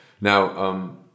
Now